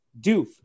Doof